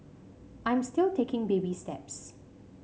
I'm still taking baby steps